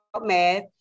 math